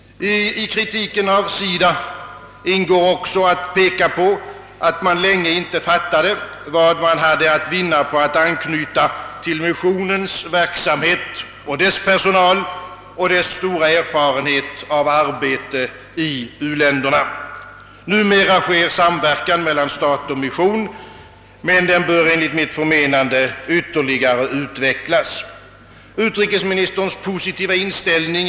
I kritiken av SIDA ingår att peka på att man. länge inte fattade vad man hade att' vinna på att anknyta till missionens verksamhet, dess personal och dess stora erfarenhet av arbete i u-länderna. Numera förekommer samverkan mellan stat och mission, men den bör enligt mitt förmenande ytterligare utvecklas, Utrikesministerns positiva inställning.